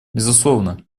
безусловно